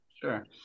Sure